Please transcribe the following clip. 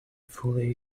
fully